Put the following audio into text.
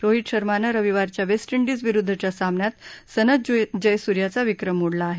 रोहित शर्माने रविवारच्या वेस्ट इंडिजविरूद्धच्या सामन्यात सनथ जयसूर्याचा विक्रम मोडला आहे